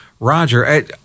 Roger